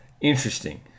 Interesting